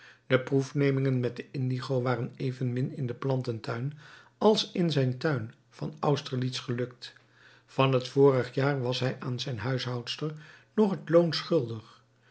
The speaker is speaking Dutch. de proefnemingen met de indigo waren evenmin in den plantentuin als in zijn tuin van austerlitz gelukt van het vorige jaar was hij aan zijn huishoudster nog het loon schuldig